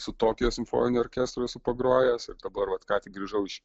su tokijo simfoniniu orkestru esu pagrojęs ir dabar vat ką tik grįžau iš